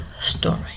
story